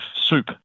soup